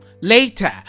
Later